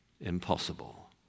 impossible